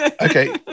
Okay